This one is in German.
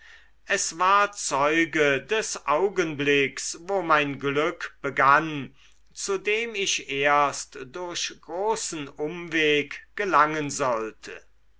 es war zeuge des augenblicks wo mein glück begann zu dem ich erst durch großen umweg gelangen sollte